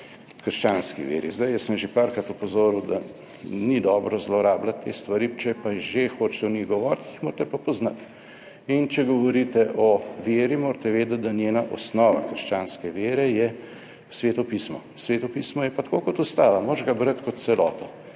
krščanski veri. Zdaj, jaz sem že parkrat opozoril, da ni dobro zlorabljati te stvari, če pa že hočeš o njih govoriti, jih morate pa poznati. In če govorite o veri, morate vedeti, da njena osnova, krščanske vere, je Sveto pismo. Sveto pismo je pa tako kot Ustava, moraš ga brati kot celoto.